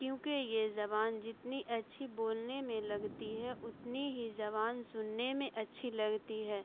کیونکہ یہ زبان جتنی اچھی بولنے میں لگتی ہے اتنی ہی زبان سننے میں اچھی لگتی ہے